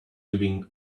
living